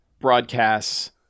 broadcasts